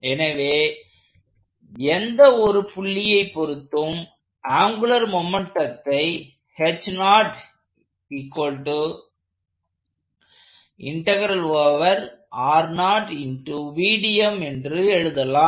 எனவே எந்த ஒரு புள்ளியை பொருத்தும் ஆங்குலர் மொமெண்ட்டத்தை என்று எழுதலாம்